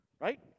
right